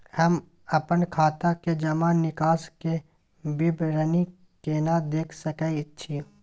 हम अपन खाता के जमा निकास के विवरणी केना देख सकै छी?